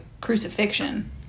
crucifixion